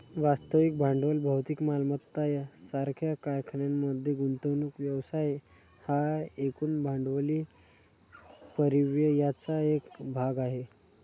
वास्तविक भांडवल भौतिक मालमत्ता सारख्या कारखान्यांमध्ये गुंतवणूक व्यवसाय हा एकूण भांडवली परिव्ययाचा एक भाग आहे